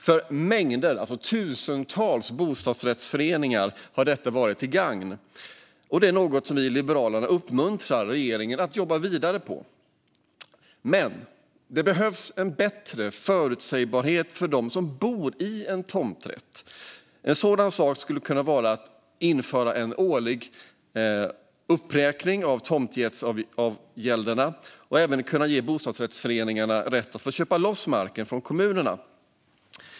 För mängder av bostadsrättsföreningar, tusentals, har detta varit till gagn. Detta är något som vi i Liberalerna uppmuntrar regeringen att arbeta vidare på. Men det behövs en bättre förutsägbarhet för dem som bor på en tomträtt. En sådan sak skulle kunna vara att införa en årlig uppräkning av tomträttsavgälderna och även att kunna ge bostadsrättsföreningarna rätt att köpa loss marken från kommunerna.